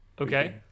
Okay